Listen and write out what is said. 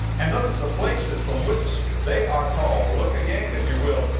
and notice the places from which they are called. look again, if you will,